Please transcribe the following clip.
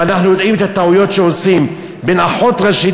ואנחנו יודעים את הטעויות שעושים בין אחות ראשית,